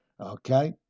Okay